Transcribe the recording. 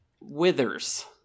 Withers